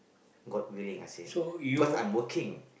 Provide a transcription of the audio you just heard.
god willing I said cause I'm working